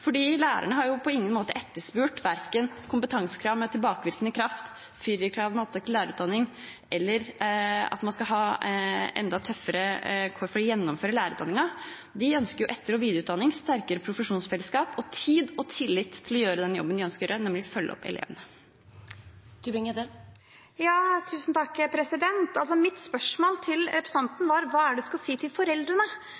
har jo på ingen måte etterspurt verken kompetansekrav med tilbakevirkende kraft, firerkrav ved opptak til lærerutdanning eller at man skal ha enda tøffere kår for å gjennomføre lærerutdanningen. De ønsker etter- og videreutdanning, sterkere profesjonsfellesskap og tid og tillit til å gjøre den jobben de ønsker å gjøre, nemlig følge opp elevene. Mitt spørsmål til representanten Knutsdatter Strand var: Hva er det man skal si til